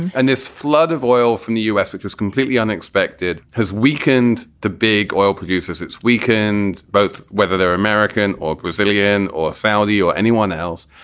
and this flood of oil from the u s, which was completely unexpected, has weakened the big oil producers. it's weakened both whether they're american or brazilian or saudi or anyone else.